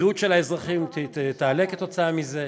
בריאות האזרחים תשתפר כתוצאה מזה.